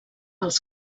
els